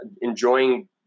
enjoying